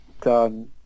done